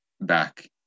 back